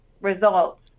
results